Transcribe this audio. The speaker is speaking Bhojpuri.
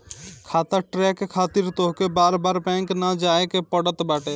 खाता ट्रैक खातिर तोहके बार बार बैंक ना जाए के पड़त बाटे